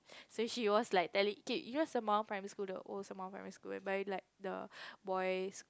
so she was like telling okay you know Sembawang primary school the old Sembawang primary school whereby like the boys